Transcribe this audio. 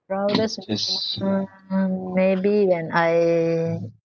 proudest moment maybe when I